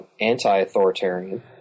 anti-authoritarian